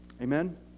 Amen